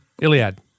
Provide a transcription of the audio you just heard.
Iliad